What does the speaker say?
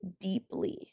deeply